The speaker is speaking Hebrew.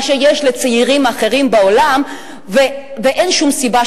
מה שיש לצעירים אחרים בעולם ואין שום סיבה